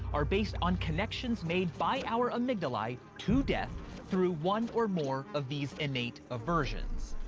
are based on connections made by our amygdalae to death through one or more of these innate aversions.